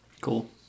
cool